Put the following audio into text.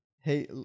Hey